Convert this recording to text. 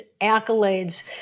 accolades